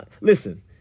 Listen